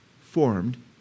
formed